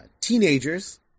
teenagers